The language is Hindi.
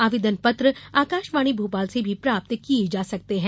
आवेदन पत्र आकाशवाणी भोपाल से भी प्राप्त किये जा सकते हैं